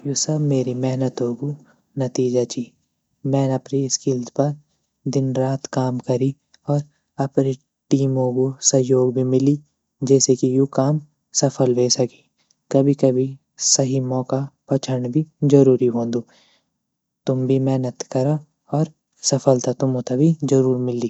यू सब मेरी महनतों ग नतीजा ची मैन अपरि स्किल्स पा दिन रात काम करी और अपरि टीमों ग सहयोग भी मिली जेसे की यू काम सफल वे सके कभी कभी सही मौक़ा पछाण भी ज़रूरी वंदु तुम भी मेहनत करा और सफलता तुमु त भी ज़रूर मिली।